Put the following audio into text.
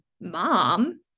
mom